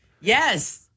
yes